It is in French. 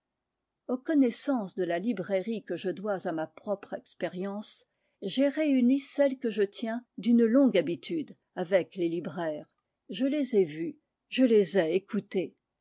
aux connaissances de la librairie que je dois à ma propre expérience j'ai réuni celles que je tiens d'une longue habitude avec les libraires je les ai vus je les ai écoutés